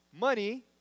Money